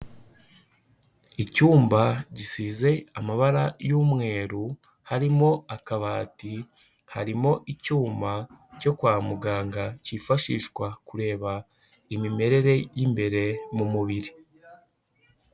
Icyumba gisize amabara y'umweru harimo akabati harimo icyuma cyo kwa muganga kifashishwa kureba imimerere y'imbere mu mubiri.